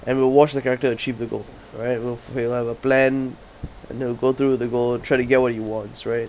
and we'll watch the character achieve the goal right we'll they will have plan and they will go through the goal and try to get what he wants right